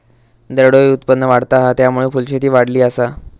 दरडोई उत्पन्न वाढता हा, त्यामुळे फुलशेती वाढली आसा